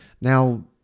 Now